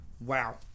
Wow